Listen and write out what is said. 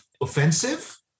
offensive